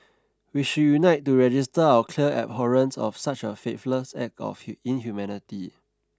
we should unite to register our clear abhorrence of such a faithless act of inhumanity